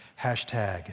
Hashtag